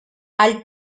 all